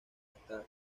está